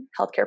healthcare